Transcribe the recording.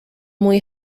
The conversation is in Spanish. muy